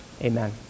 Amen